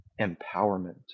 empowerment